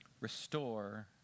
restore